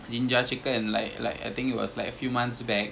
have you heard of ah what chick chick shake shake tub